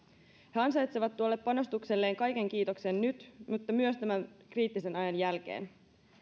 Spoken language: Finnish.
he ansaitsevat tuolle panostukselleen kaiken kiitoksen nyt mutta myös tämän kriittisen ajan jälkeen